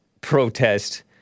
protest